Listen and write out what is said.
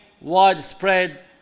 widespread